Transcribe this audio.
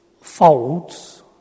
folds